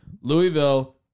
Louisville